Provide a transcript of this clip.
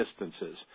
distances